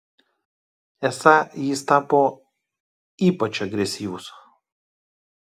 esą jis tapo ypač agresyvus